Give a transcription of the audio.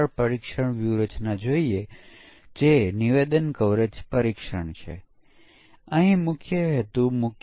તો પછી એમાં મુશ્કેલ શું છે